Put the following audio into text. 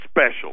special